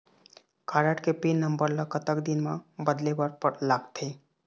Card के PIN number ला कतक दिन म बदले बर लगथे?